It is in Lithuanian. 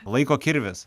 laiko kirvis